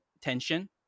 tension